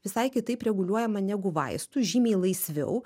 visai kitaip reguliuojama negu vaistų žymiai laisviau